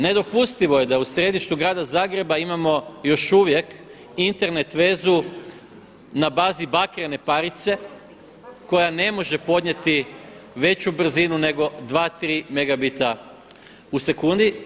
Nedopustivo je da u središtu grada Zagreba imamo još uvijek Internet vezu na bazi bakrene parice koja ne može podnijeti veću brzinu nego 2, 3 megabita u sekundi.